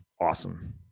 awesome